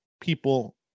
people